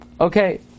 Okay